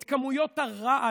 את כמויות הרעל?